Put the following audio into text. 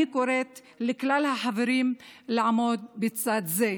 אני קוראת לכלל החברים לעמוד בצד זה.